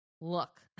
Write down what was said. look